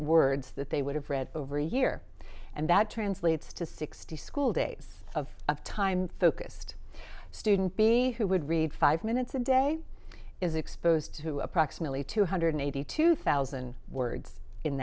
words that they would have read over a year and that translates to sixty school days of of time focused student b who would read five minutes a day is exposed to approximately two hundred eighty two thousand words in